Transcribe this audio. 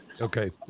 Okay